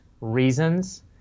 reasons